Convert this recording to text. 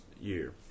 year